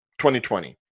2020